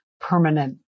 permanent